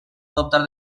adoptar